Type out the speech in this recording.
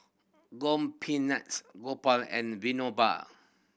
Gopinath Gopal and Vinoba